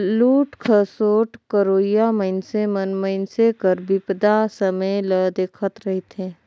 लूट खसोट करोइया मइनसे मन मइनसे कर बिपदा समें ल देखत रहथें